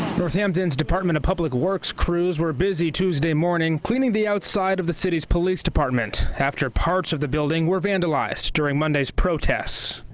northampton's department of public works crews were busy tuesday morning, cleaning the outside of the city's police department, after parts of the building were vandalized during monday's protests.